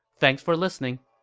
thanks for listening!